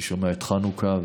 אני שומע על חנוכה,